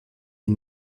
ils